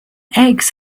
eggs